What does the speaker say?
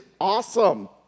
awesome